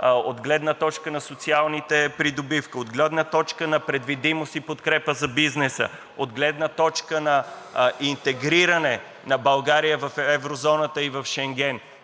от гледна точка на социалните придобивки, от гледна точка на предвидимост и подкрепа за бизнеса, от гледна точка на интегриране на България в еврозоната и в Шенген.